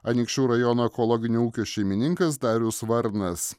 anykščių rajono ekologinio ūkio šeimininkas darius varnas